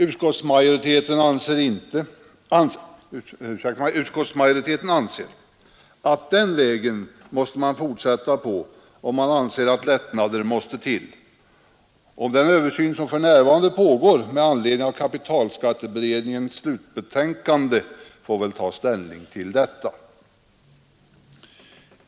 Utskottsmajoriteten anser att man måste fortsätta på den vägen om man anser att lättnader måste till. Vid den översyn som för närvarande pågår med anledning av kapitalskatteberedningens slutbetänkande får man väl ta hänsyn till detta.